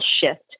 shift